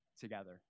together